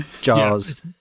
jars